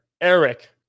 Eric